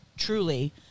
Truly